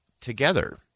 together